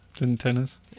Antennas